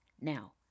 Now